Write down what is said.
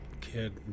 kid